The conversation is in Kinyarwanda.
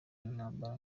intambara